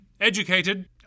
educated